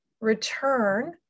Return